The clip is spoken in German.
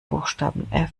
buchstaben